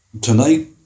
Tonight